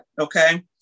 Okay